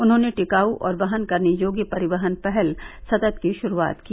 उन्होंने टिकाऊ और वहन करने योग्य परिवहन पहल सतत की शुरूआत की